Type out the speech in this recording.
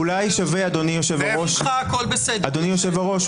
אדוני היושב-ראש,